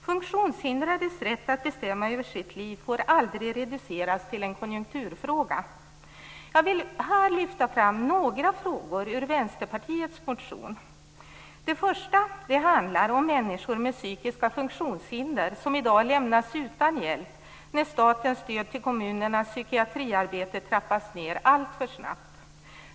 Funktionshindrades rätt att bestämma över sitt liv får aldrig reduceras till en konjunkturfråga. Jag vill här lyfta fram några frågor ur Vänsterpartiets motion. Det första handlar om människor med psykiska funktionshinder som i dag lämnas utan hjälp när statens stöd till kommunernas psykiatriarbete trappas ned alltför snabbt.